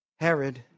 Herod